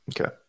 Okay